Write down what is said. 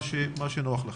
מה שנוח לכם.